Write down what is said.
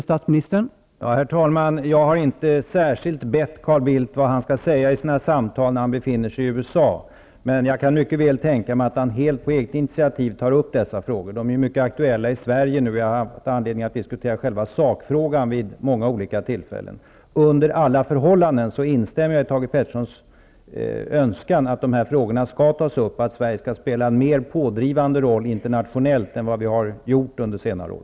Herr talman! Jag har inte särskilt frågat vad Carl Bildt skall säga i sina samtal när han befinner sig i USA, men jag kan mycket väl tänka mig att han helt på eget initiativ tar upp dessa frågor. De är mycket aktuella i Sverige nu, och vi har haft anledning att diskutera själva sakfrågan vid många olika tillfällen. Under alla förhållanden instämmer jag i Thage G Petersons önskan att dessa frågor tas upp, att Sverige skall spela en mera pådrivande roll internationellt än vad vi har gjort under senare år.